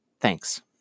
Thanks